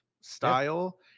style